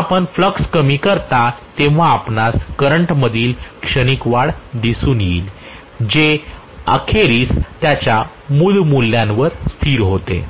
जेव्हा आपण फ्लक्स कमी करता तेव्हा आपणास करंट मधील क्षणिक वाढ दिसून येईल जे अखेरीस त्याच्या मूळ मूल्यावरच स्थिर होते